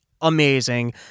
amazing